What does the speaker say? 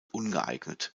ungeeignet